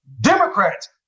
Democrats